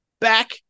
back